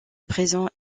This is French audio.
présent